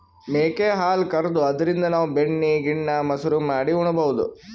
ಮೇಕೆ ಹಾಲ್ ಕರ್ದು ಅದ್ರಿನ್ದ್ ನಾವ್ ಬೆಣ್ಣಿ ಗಿಣ್ಣಾ, ಮಸರು ಮಾಡಿ ಉಣಬಹುದ್